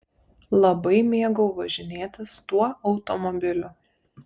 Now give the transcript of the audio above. labai mėgau važinėtis tuo automobiliu